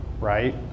right